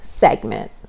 segment